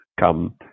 come